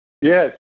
Yes